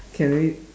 can we